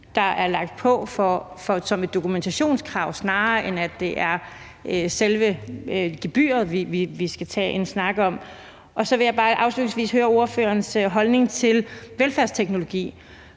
der er lagt på som et dokumentationskrav, snarere end det er selve gebyret, vi skal tage en snak om? Og så vil jeg bare afslutningsvis høre ordførerens holdning til velfærdsteknologi.